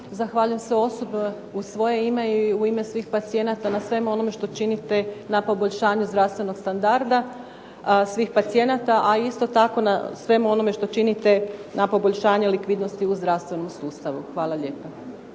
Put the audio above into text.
Zahvaljujem se osobno u svoje ime i u ime svih pacijenata na svemu onome što činite na poboljšanje zdravstvenog standarda svih pacijenata, a isto tako na svemu onome što činite na poboljšanje likvidnosti u zdravstvenom sustavu. Hvala lijepa.